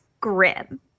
grim